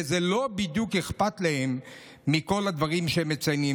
ולא בדיוק אכפת להם מכל הדברים שהם מציינים.